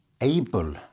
able